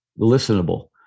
listenable